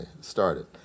started